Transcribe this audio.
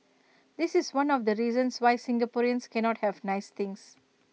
this is one of the reasons why Singaporeans cannot have nice things